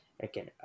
Again